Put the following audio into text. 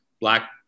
black